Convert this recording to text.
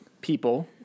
people